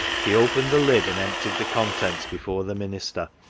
he opened the lid and emptied the contents before the minister.